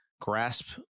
grasp